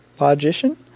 Logician